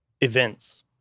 Events